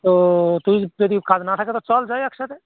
তো তুই যদি কাজ না থাকে তো চল যাই একসাথে